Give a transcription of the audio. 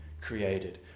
created